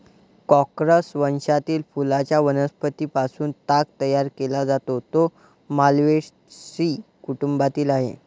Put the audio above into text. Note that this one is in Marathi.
कॉर्कोरस वंशातील फुलांच्या वनस्पतीं पासून ताग तयार केला जातो, जो माल्व्हेसी कुटुंबातील आहे